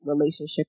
relationship